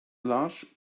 large